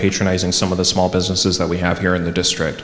patronizing some of the small businesses that we have here in the district